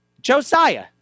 Josiah